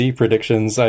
predictions